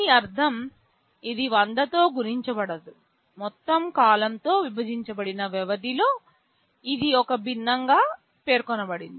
దీని అర్థం ఇది 100 తో గుణించబడదు మొత్తం కాలంతో విభజించబడిన వ్యవధిలో ఇది ఒక భిన్నంగా పేర్కొనబడింది